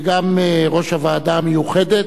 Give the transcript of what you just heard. וגם ראש הוועדה המיוחדת.